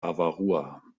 avarua